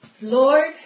Lord